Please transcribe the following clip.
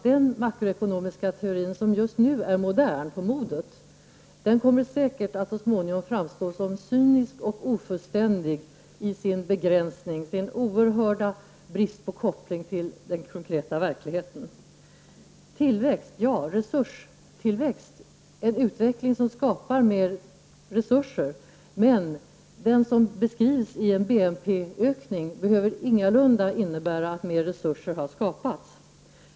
Den makroekonomiska teori som just nu är på modet kommer säkert att så småningom framstå som cynisk och ofullständig i sin begränsning, i sin oerhörda brist på koppling till den konkreta verkligheten. Tillväxt, ja. Resurstillväxt, en utveckling som skapar mer resurser. Men den som beskrivs i en BNP-ökning behöver ingalunda innebära att mer resurser har skapats.